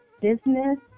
business